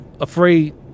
afraid